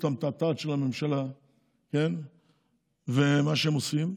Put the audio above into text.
המתעתעת של הממשלה ומה שהם עושים,